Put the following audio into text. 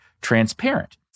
transparent